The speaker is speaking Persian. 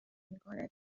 میکنه